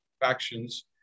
factions